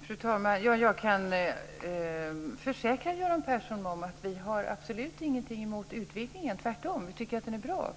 Fru talman! Jag kan försäkra Göran Persson om att vi har absolut ingenting emot utvidgningen. Tvärtom tycker vi att den är bra